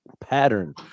pattern